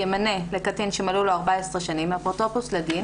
ימנה לקטין שמלאו לו 14 שנים אפוטרופוס לדין